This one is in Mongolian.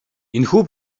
энэхүү